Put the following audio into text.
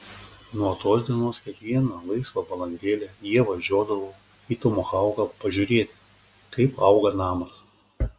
nuo tos dienos kiekvieną laisvą valandėlę jie važiuodavo į tomahauką pažiūrėti kaip auga namas